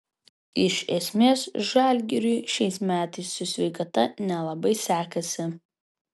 iš esmės žalgiriui šiais metais su sveikata nelabai sekasi